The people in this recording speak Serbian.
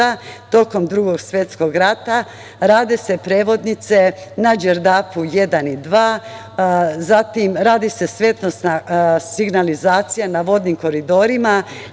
tokom Drugog svetskog rata, rade se prevodnice na Đerdapu 1 i 2, zatim se radi svetlosna signalizacija na vodnim koridorima,